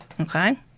okay